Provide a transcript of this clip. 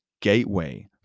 gateway